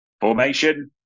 formation